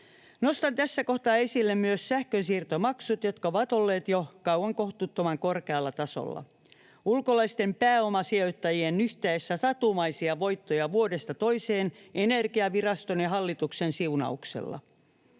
Nostan tässä kohtaa esille myös sähkönsiirtomaksut, jotka ovat olleet jo kauan kohtuuttoman korkealla tasolla ulkolaisten pääomasijoittajien nyhtäessä satumaisia voittoja vuodesta toiseen Energiaviraston ja hallituksen siunauksella.